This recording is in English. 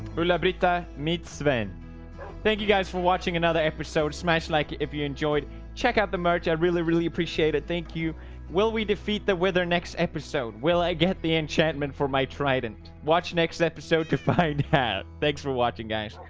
lula britta meet sven thank you guys for watching another episode smash like if you enjoyed check out the merch i really really appreciate it. thank you will we defeat the wither next episode will i get the enchantment for my trident watch next episode to find hat? thanks for watching guys.